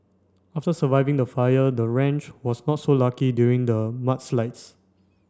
after surviving the fire the ranch was not so lucky during the mudslides